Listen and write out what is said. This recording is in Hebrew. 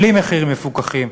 בלי מחירים מפוקחים.